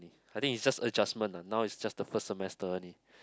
I think is just adjustment lah now is just the first semester only